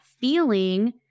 feeling